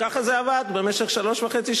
ככה זה עבד במשך שלוש שנים וחצי.